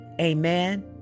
amen